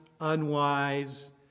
unwise